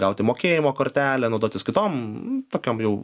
gauti mokėjimo kortelę naudotis kitom tokiom jau